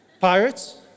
Pirates